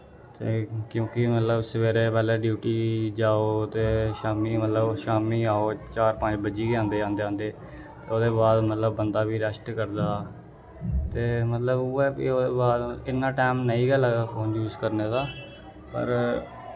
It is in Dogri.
ते क्योंकि मतलब सवेरे पैह्लें ड्यूटी जाओ ते शाम्मी मतलब शाम्मी आओ चार पंज बज्जी गै जंदे औंदे औंदे ओह्दे बाद मतलब बंदा फ्ही रैस्ट करदा ते मतलब उ'ऐ फ्ही ओह्दे बाद इन्ना टैम नेईं गै लगदा फोन यूस करने दा पर